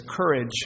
courage